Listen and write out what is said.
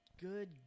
good